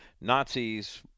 Nazis